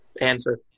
answer